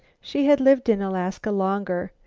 she had lived in alaska longer,